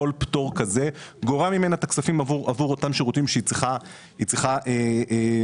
כל פטור כזה גורע ממנה את הכספים עבור אותם השירותים שהיא צריכה להעניק.